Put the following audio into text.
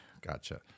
Gotcha